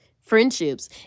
friendships